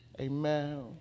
Amen